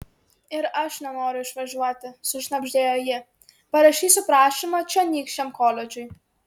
ir aš nenoriu išvažiuoti sušnabždėjo ji parašysiu prašymą čionykščiam koledžui